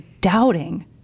doubting